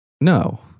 No